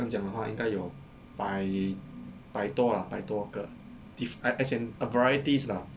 这样讲的话应该有百百多 ah 百多个 diff~ as I in uh varieties lah